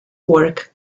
work